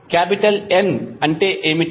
N అంటే ఏమిటి